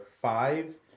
five